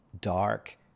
dark